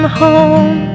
home